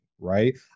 right